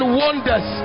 wonders